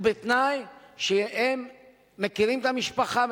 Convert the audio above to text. ובתנאי שהם מכירים את המשפחה,